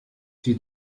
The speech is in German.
die